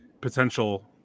potential